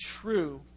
true